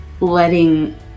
letting